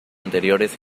anteriores